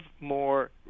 more